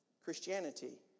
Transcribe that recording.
Christianity